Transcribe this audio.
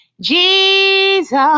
Jesus